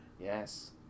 Yes